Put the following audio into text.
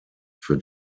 für